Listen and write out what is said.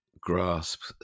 grasp